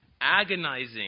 agonizing